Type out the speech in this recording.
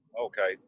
Okay